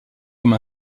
comme